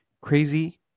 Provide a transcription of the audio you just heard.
Crazy